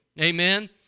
Amen